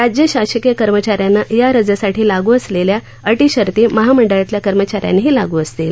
राज्य शासकीय कर्मचाऱ्यांना या रजेसाठी लागू असलेल्या अटीशर्ती महामंडळातल्या कर्मचाऱ्यांनाही लागू असतील